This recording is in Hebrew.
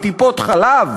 מטיפות-חלב?